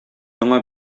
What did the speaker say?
яңа